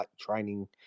training